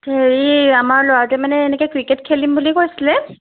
হেৰি আমাৰ ল'ৰাটোৱে মানে এনেকৈ ক্ৰিকেট খেলিম বুলি কৈছিলে